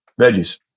veggies